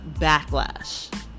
backlash